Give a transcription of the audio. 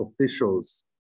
officials